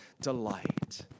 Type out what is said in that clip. delight